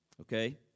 Okay